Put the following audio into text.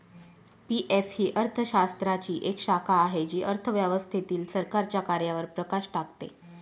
PF ही अर्थशास्त्राची एक शाखा आहे जी अर्थव्यवस्थेतील सरकारच्या कार्यांवर प्रकाश टाकते